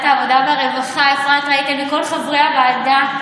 העבודה והרווחה אפרת רייטן ולכל חברי הוועדה,